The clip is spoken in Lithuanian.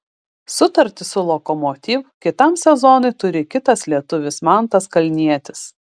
sutartį su lokomotiv kitam sezonui turi kitas lietuvis mantas kalnietis